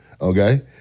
Okay